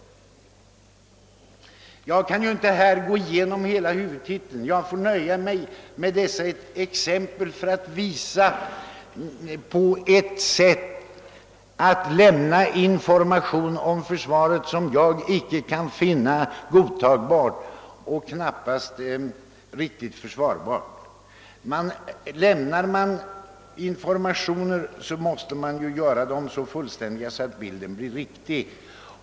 Jag kan inte gå igenom hela huvudtiteln utan får nöja mig med dessa exempel för att påvisa ett sätt att lämna information om försvaret som jag inte kan finna godtagbart, ja, knappast försvarbart. Lämnar man informationer måste de göras så fullständiga att bilden blir riktig.